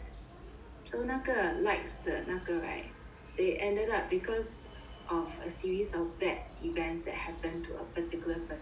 so 那个 likes 的那个 right they ended up because of a series of bad events that happened to a particular person